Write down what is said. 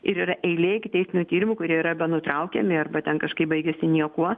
ir yra eilė ikiteisminių tyrimų kurie yra arba nutraukiami arba ten kažkaip baigiasi niekuo